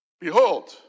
Behold